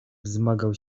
wzmagał